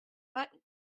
but